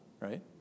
Right